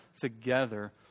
together